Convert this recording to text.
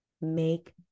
make